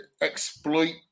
exploit